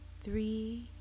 three